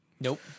Nope